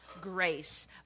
grace